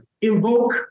invoke